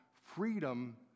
freedom